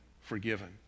forgiven